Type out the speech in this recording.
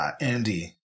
Andy